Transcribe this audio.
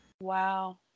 Wow